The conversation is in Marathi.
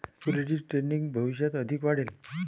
सिक्युरिटीज ट्रेडिंग भविष्यात अधिक वाढेल